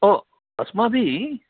ओ अस्माभिः